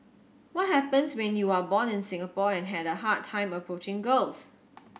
what happens when you are born in Singapore and had a hard time approaching girls